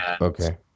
Okay